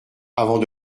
avant